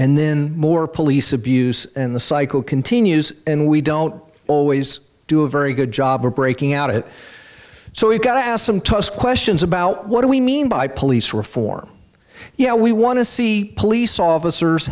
and then more police abuse and the cycle continues and we don't always do a very good job of breaking out of it so we've got to ask some tough questions about what do we mean by police reform yeah we want to see police officers